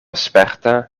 sperta